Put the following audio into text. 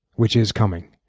which is coming.